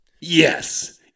Yes